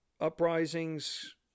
uprisings